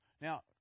Now